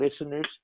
listeners